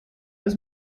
was